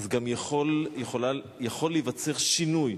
גם יכול להיווצר שינוי.